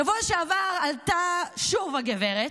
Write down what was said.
בשבוע שעבר עלתה שוב הגברת,